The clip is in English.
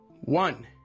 one